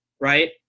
right